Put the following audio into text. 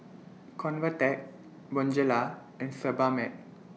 Convatec Bonjela and Sebamed